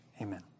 Amen